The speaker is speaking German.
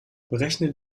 berechne